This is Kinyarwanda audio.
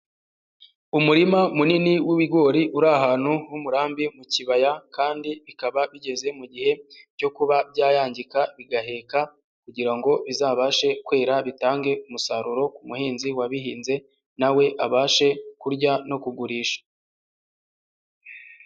Umurima munini w'ibigori uri ahantu h'umurambi mu kibaya kandi bikaba bigeze mu gihe cyo kuba byayangika, bigaheka kugira ngo bizabashe kwera, bitange umusaruro ku muhinzi wabihinze na we abashe kurya no kugurisha.